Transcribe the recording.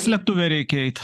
slėptuvę reikia eit